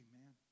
Amen